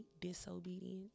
disobedience